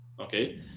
Okay